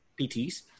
PTs